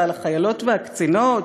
ועל החיילות והקצינות?